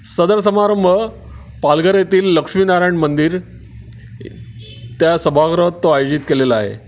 सदर समारंभ पालघर येथील लक्ष्मीनारायण मंदिर त्या सभागृहात तो आयोजित केलेला आहे